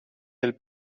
del